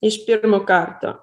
iš pirmo karto